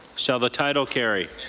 shall the title carry?